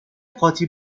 قاطی